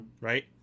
Right